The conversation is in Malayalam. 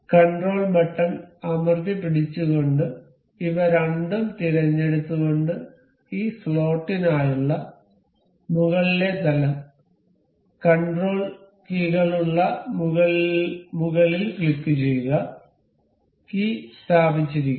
കണ്ട്രോൾ ബട്ടൺ അമര്തിപിടിച്ചുകൊണ്ടു ഇവ രണ്ടും തിരഞ്ഞെടുത്തുകൊണ്ട് ഈ സ്ലോട്ടിനായുള്ള മുകളിലെ തലം കൺട്രോൾ കീകളുള്ള മുകളിൽ ക്ലിക്കുചെയ്യുക കീ സ്ഥാപിച്ചിരിക്കുന്നു